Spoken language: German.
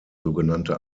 sogenannte